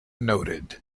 noted